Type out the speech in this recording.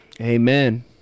Amen